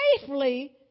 safely